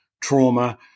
trauma